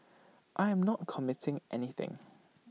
I am not committing anything